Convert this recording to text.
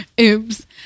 oops